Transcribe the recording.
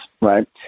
right